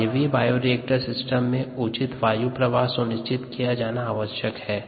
वायवीय bioreactor system में उचित वायु प्रवाह सुनिश्चित किया जाना आवश्यक हैं